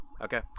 Okay